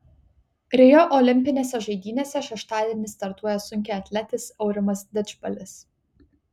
rio olimpinėse žaidynėse šeštadienį startuoja sunkiaatletis aurimas didžbalis